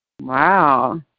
Wow